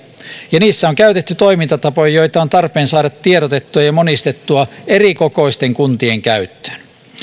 ja niissä on käytetty toimintatapoja joita on tarpeen saada tiedotettua ja monistettua erikokoisten kuntien käyttöön